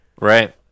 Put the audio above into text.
Right